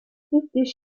dywedais